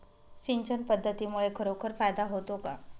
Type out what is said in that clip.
सिंचन पद्धतीमुळे खरोखर फायदा होतो का?